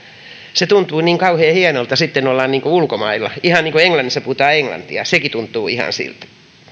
se tuntuu niin kauhean hienolta sitten olla niin kuin ulkomailla ihan niin kuin englannissa puhutaan englantia sekin tuntuu ihan siltä